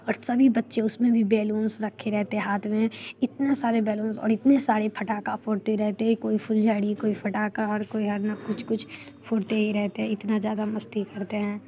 और सभी बच्चे उसमें भी बेलून्स रखे रहते हैं हाथ में इतने सारे बैलून्स और इतने सारे पटाखा फोड़ते रहते हैं कोई फुलझड़ी कोई पटाखा और कोई कुछ कुछ फोड़ते ही रहते हैं इतना ज़्यादा मस्ती करते हैं